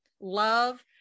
love